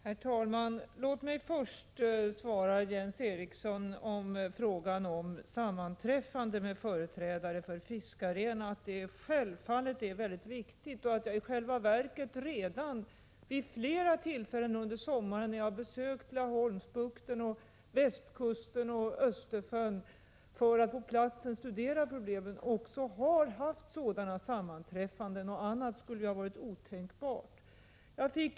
Herr talman! Låt mig först svara Jens Eriksson angående sammanträffande med företrädare för fiskarna. Det är självfallet mycket viktigt. Under sommaren när jag besökte Laholmsbukten, västkusten, och Östersjön — för att på plats studera problemen — hade jag i själva verket flera sådana sammanträffanden. Något annat hade varit otänkbart.